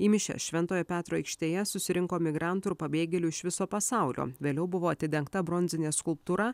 į mišias šventojo petro aikštėje susirinko migrantų ir pabėgėlių iš viso pasaulio vėliau buvo atidengta bronzinė skulptūra